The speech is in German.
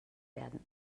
werden